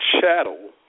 chattel